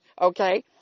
Okay